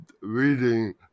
reading